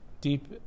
deep